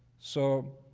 so,